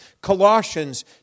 Colossians